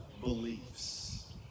beliefs